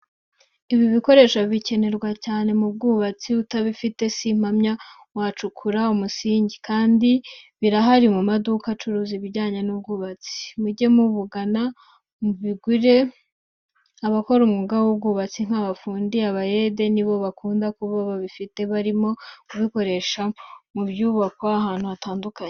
Ibi bikoresho bikenerwa cyane mu bwubatsi, utabifite simpamya ko wacukura umusinge. Kandi birahari mu maduka acuruza ibijyanye n'ubwubatsi. Mujye mubagana mubigure cyane, abakora umwuga w'ubwubatsi nk'abafundi cyangwa abayede nibo bakunda kuba babifite, barimo kubikoresha mu byubakwa ahantu hatandukanye.